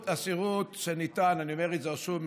אני אומר את זה שוב,